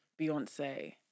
Beyonce